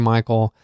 Michael